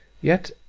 yet,